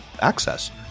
access